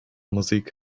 musik